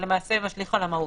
שמשליך על המהות.